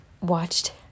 watched